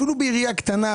אפילו בעירייה קטנה,